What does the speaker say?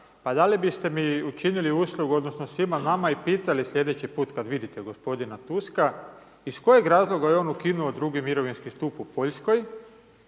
pa da li biste mi učinili uslugu, odnosno svima nama i pitali slijedeći put kada vidite gospodina Tuska, iz kojeg razloga je on ukinuo drugi mirovinski stup u Poljskoj